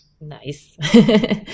Nice